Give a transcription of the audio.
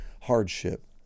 hardship